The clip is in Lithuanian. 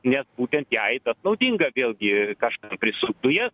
nes būtent jai tas naudinga vėlgi kažkam prisukt dujas